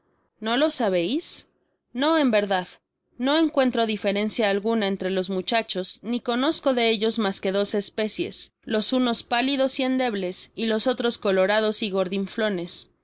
no lo sabeis no en verdad no encuentro diferencia alguna entfe los muchachos ni oonozeo de ellos mas que dos especies los unos pálidos y endebles y los otros colorados y